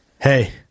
Hey